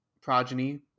progeny